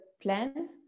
plan